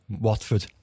Watford